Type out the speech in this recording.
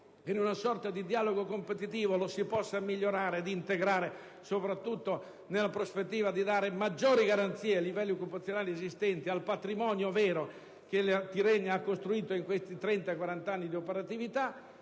in una sorta di dialogo competitivo - sia possibile migliorarlo ed integrarlo, soprattutto nella prospettiva di dare maggiori garanzie ai livelli occupazionali esistenti, al patrimonio vero che Tirrenia ha costruito in questi 30‑40 anni di operatività.